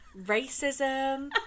racism